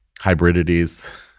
hybridities